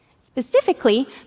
Specifically